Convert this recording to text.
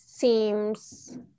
seems